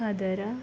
ಅದರ